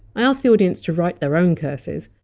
i asked the audience to write their own curses,